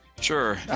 Sure